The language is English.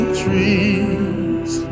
trees